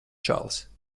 čalis